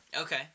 Okay